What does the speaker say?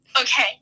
Okay